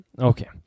Okay